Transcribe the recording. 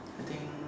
I think